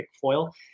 foil